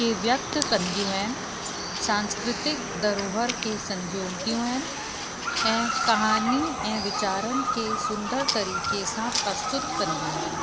खे व्यक्त कंदियूं आहिनि सांस्कृतिक धरोहर के संजोदियूं आहिनि ऐं कहानी ऐं वीचारनि खे सुंदर तरीक़े सां प्रस्तुत कंदियूं आहिनि